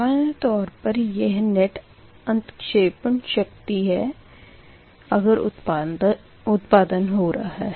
सामान्य तौर पर यह नेट अंतक्षेपण शक्ति है अगर उत्पादन हो रहा है